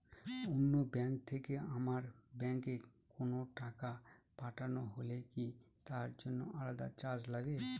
অন্য ব্যাংক থেকে আমার ব্যাংকে কোনো টাকা পাঠানো হলে কি তার জন্য আলাদা চার্জ লাগে?